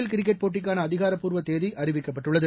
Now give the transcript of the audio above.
L cricket போட்டிக்கான அதிகாரப்பூர்வ தேதி அறிவிக்கப்பட்டுள்ளது